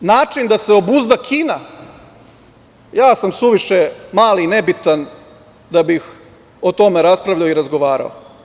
Da li je to način da se obuzda Kina, ja sam suviše mali i nebitan da bih o tome raspravljao i razgovarao.